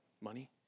money